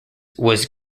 was